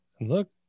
Look